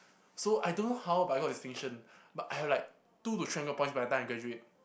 so I don't know how but I got distinction but I have like two to three hundred points by the time I graduate